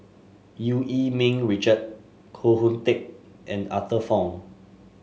Eu Yee Ming Richard Koh Hoon Teck and Arthur Fong